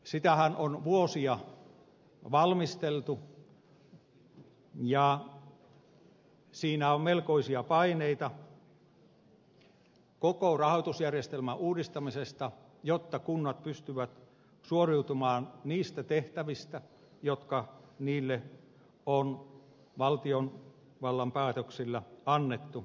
sitähän on vuosia valmisteltu ja siinä on melkoisia paineita koko rahoitusjärjestelmän uudistamisesta jotta kunnat pystyvät suoriutumaan niistä tehtävistä jotka niille on valtiovallan päätöksillä annettu